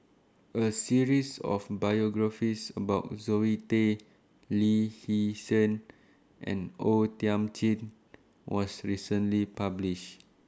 A series of biographies about Zoe Tay Lee Hee Seng and O Thiam Chin was recently published